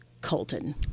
Colton